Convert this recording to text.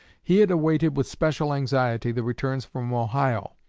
he had awaited with special anxiety the returns from ohio,